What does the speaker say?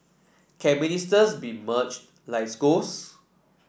can ministers be merged like schools